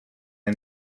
and